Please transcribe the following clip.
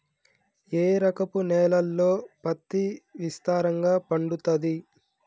ఏ రకపు నేలల్లో పత్తి విస్తారంగా పండుతది?